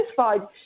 satisfied